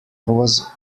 was